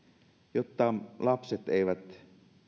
jotta lapset eivät